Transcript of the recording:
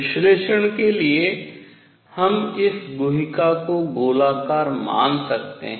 विश्लेषण के लिए हम इस गुहिका को गोलाकार मान सकते हैं